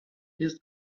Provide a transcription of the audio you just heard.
jest